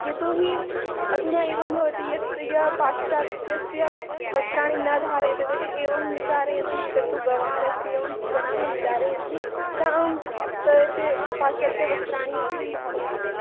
यतोहि अधुना एवं भवति यत् यः पाश्चात्यस्य वस्त्राणि न धारयति तद् एवं विचारयन्ति एतद् तु गवार् अस्ति जनाः विचारयन्ति तदा अहं पाश्चात्य वस्त्राणि अपि धारयामि